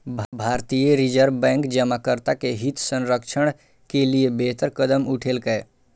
भारतीय reserve bank जमाकर्ता के हित संरक्षण के लिए बेहतर कदम उठेलकै